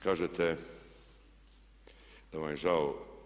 Kažete da vam je žao.